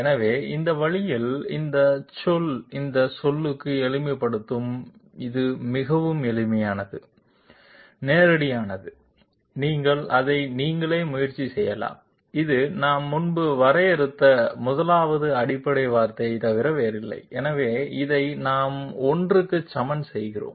எனவே இந்த வழியில் இந்த சொல் இந்த சொல்லுக்கு எளிமைப்படுத்தும் இது மிகவும் எளிமையானது நேரடியானது நீங்கள் அதை நீங்களே முயற்சி செய்யலாம் இது நாம் முன்பு வரையறுத்த 1 வது அடிப்படை வடிவத்தைத் தவிர வேறில்லை எனவே இதை நாம் I க்கு சமன் செய்கிறோம்